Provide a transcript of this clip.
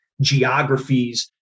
geographies